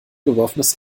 geworfenes